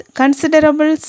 considerable